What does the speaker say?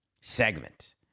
segment